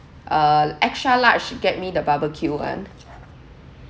uh extra large get me the barbecue [one]